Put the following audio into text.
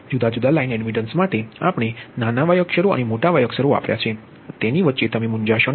જુદા જુદા line admittance માતે નાના વાય અક્ષરો અને મોટા વાય અક્ષરો વાપર્યા છે તેની વચ્ચે મૂંઝાશો નહીં